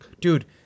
dude